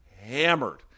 hammered